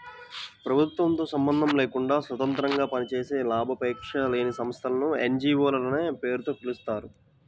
ప్రభుత్వంతో సంబంధం లేకుండా స్వతంత్రంగా పనిచేసే లాభాపేక్ష లేని సంస్థలను ఎన్.జీ.వో లనే పేరుతో పిలుస్తారు